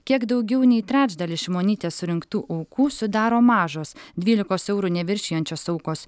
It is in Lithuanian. kiek daugiau nei trečdalis šimonytės surinktų aukų sudaro mažos dvylikos eurų neviršijančios aukos